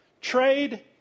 trade